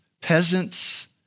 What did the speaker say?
peasants